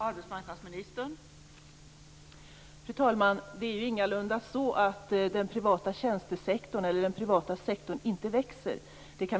Fru talman! Det är ingalunda så att den privata sektorn inte växer.